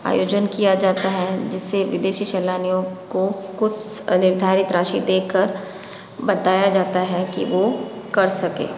आयोजन किया जाता है जिससे विदेशी सैलानियों को कुछ निर्धारित राशि दे कर बताया जाता है कि वो कर सकें